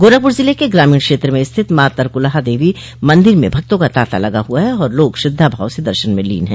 गोरखपुर ज़िले के ग्रामीण क्षेत्र में स्थित मां तरकुलहा देवी मंदिर में भक्तों का तांता लगा हुआ है और लोग श्रद्धाभाव से दर्शन में लीन हैं